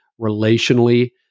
relationally